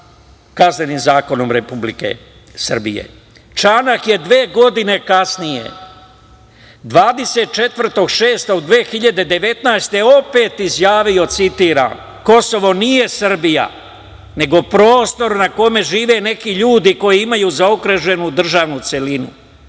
kaznenim zakonom Republike Srbije. Čanak je dve godine kasnije 24. juna 2019. godine opet izjavio, citiram – Kosovo nije Srbija, nego prostor na kome žive neki ljudi koji imaju zaokruženu državnu celinu.